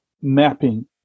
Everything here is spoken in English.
mapping